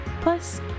Plus